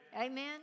Amen